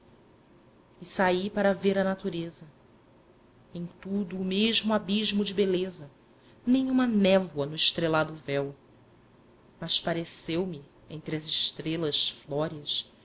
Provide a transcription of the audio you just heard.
e saí para ver a natureza em tudo o mesmo abismo de beleza nem uma névoa no estrelado véu mas pareceu-me entre as estrelas flóreas